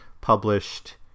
published